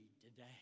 today